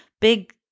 big